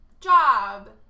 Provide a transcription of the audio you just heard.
job